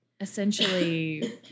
essentially